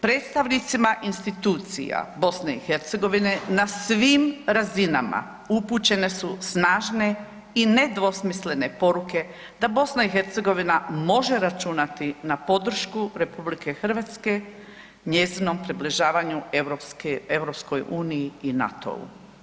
Predstavnicima institucija BiH na svim razinama upućene su snažne i nedvosmislene poruke da BiH može računati na podršku RH, njezinom približavanju EU i NATO-u.